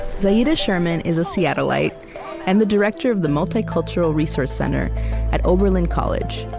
zahida sherman is a seattleite and the director of the multicultural resource center at oberlin college.